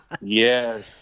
Yes